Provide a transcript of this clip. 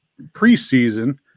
preseason